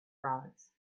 frauds